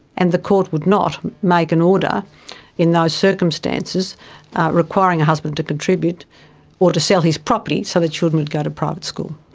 and the court would not make an order in those circumstances requiring a husband to contribute or to sell his property so the children could go to private school.